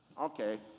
Okay